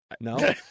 No